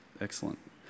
Excellent